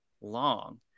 long